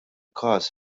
każ